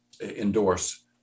endorse